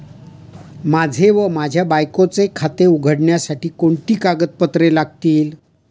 माझे व माझ्या बायकोचे खाते उघडण्यासाठी कोणती कागदपत्रे लागतील?